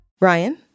Ryan